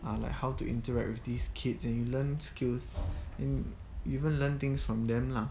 or like how to interact with these kids and you learn skills in even learn things from them lah